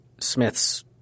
Smith's